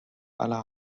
aller